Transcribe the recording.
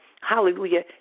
hallelujah